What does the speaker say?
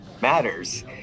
matters